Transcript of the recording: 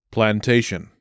Plantation